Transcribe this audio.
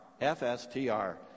F-S-T-R